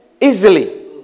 easily